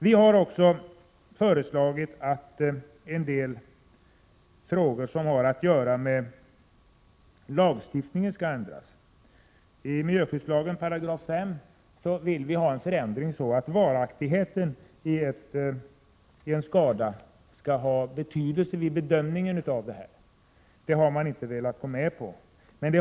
Vi har föreslagit en del ändringar när det gäller lagstiftningen. Vi vill t.ex. ändra 5 § miljöskyddslagen. Vi tycker att varaktigheten av en skada skall vara av betydelse vid bedömningen av skadan. Men det har man inte velat gå med på.